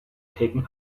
taking